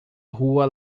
rua